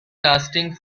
lasting